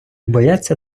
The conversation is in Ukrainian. бояться